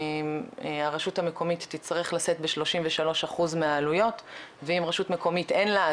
הרשות המקומית תצטרך לשאת ב-33 אחוז מהעלויות ואם רשות מקומית אין לה,